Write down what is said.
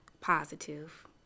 positive